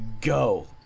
go